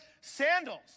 sandals